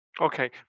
Okay